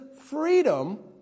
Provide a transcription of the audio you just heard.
freedom